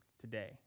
today